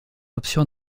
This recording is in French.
option